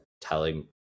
telling